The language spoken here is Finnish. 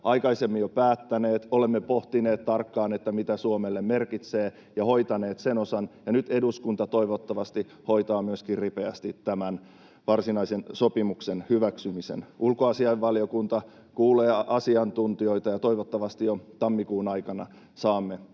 aikaisemmin jo päättäneet. Olemme pohtineet tarkkaan, mitä tämä Suomelle merkitsee, ja hoitaneet sen osan, ja nyt eduskunta toivottavasti hoitaa ripeästi myöskin tämän varsinaisen sopimuksen hyväksymisen. Ulkoasiainvaliokunta kuulee asiantuntijoita, ja toivottavasti jo tammikuun aikana saamme